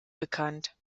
bekannt